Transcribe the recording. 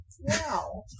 Wow